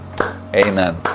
Amen